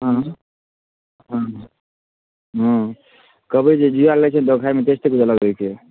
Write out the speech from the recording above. आएँ हँ हँ कबै जऽ जुआएल रहै छै ने तऽ खाइमे बड़ टेस्ट लगैत रहै छै